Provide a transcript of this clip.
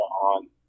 on